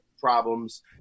problems